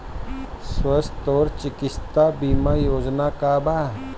स्वस्थ और चिकित्सा बीमा योजना का बा?